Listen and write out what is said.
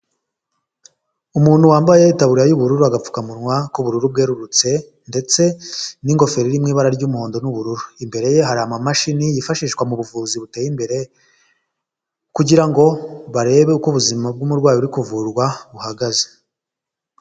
Umuntu wambaye itaburiya y'ubururu, agapfukamunwa k'ubururu bwerurutse ndetse n'ingofero iri mu ibara ry'umuhondo n'ubururu, imbere ye hari amamashini yifashishwa mu buvuzi buteye imbere kugira ngo barebe uko ubuzima bw'umurwayi uri kuvurwa buhagaze.